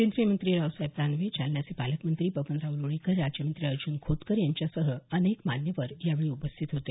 केंद्रीय मंत्री रावसाहेब दानवे जालन्याचे पालकमंत्री बबनराव लोणीकर राज्यमंत्री अर्जुन खोतकर यांच्यासह अनेक मान्यवर यावेळी उपस्थित होते